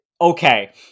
okay